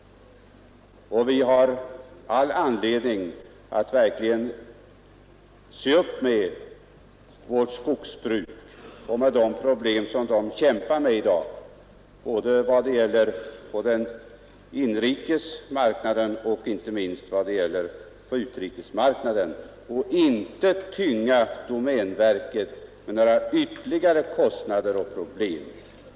Vi har all anledning att verkligen se upp med vårt skogsbruk och de problem som det kämpar med i dag såväl på inrikesmarknaden som på utrikesmarknaden. Därför bör vi inte tynga domänverket med ytterligare kostnader och problem.